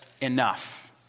enough